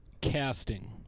casting